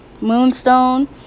moonstone